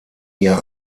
ihr